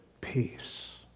peace